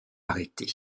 arrêté